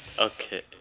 okay